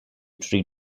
tree